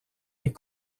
est